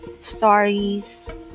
stories